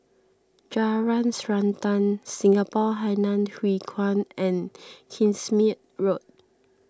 Jalan Srantan Singapore Hainan Hwee Kuan and Kingsmead Road